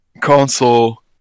console